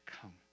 come